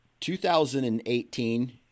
2018